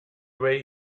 way